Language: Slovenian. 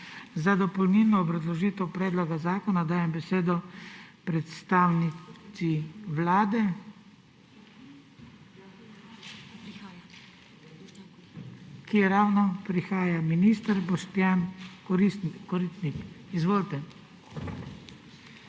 Za dopolnilno obrazložitev predloga zakona dajem besedo predstavniku Vlade, ki ravno prihaja, minister Boštjan Koritnik. Izvolite.